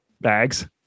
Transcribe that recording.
Bags